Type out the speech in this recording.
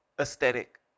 aesthetic